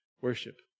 worship